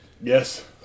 Yes